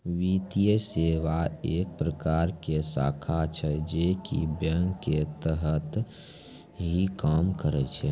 वित्तीये सेवा एक प्रकार के शाखा छै जे की बेंक के तरह ही काम करै छै